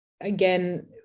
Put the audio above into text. again